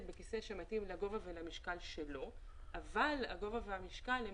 בכיסא שמתאים לגובה ולמשקל שלו אבל הגובה והמשקל הם